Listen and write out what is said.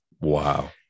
Wow